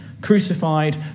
crucified